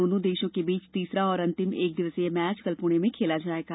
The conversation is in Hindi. दोनों देशों के बीच तीसरा और अंतिम एक दिवसीय मैच कल पुणे में खेला जाएगा